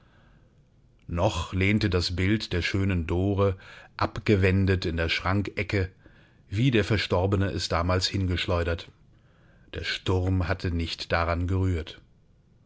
noch lehnte das bild der schönen dore abgewendet in der schrankecke wie der verstorbene es damals hingeschleudert der sturm hatte nicht daran gerührt